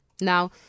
Now